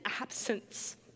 absence